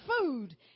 food